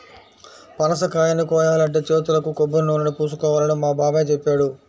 పనసకాయని కోయాలంటే చేతులకు కొబ్బరినూనెని పూసుకోవాలని మా బాబాయ్ చెప్పాడు